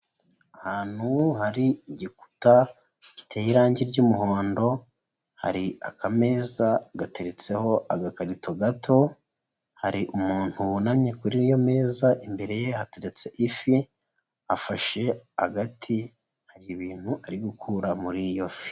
Ahantu hari igikuta giteye irangi ry'umuhondo, hari akameza gateretseho agakarito gato, hari umuntu wunamye kuri iyo meza, imbere ye hateretse ifi, afashe agati hari ibintu ari gukura muri iyo fi.